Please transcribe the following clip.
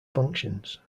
functions